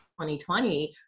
2020